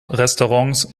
restaurants